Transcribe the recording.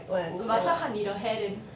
but 他看你的 hair then